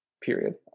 period